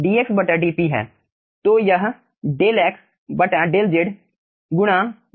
तो यह del X del Z गुणा vfg बन जाएगा